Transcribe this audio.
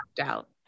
out